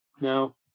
Now